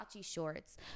shorts